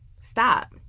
stop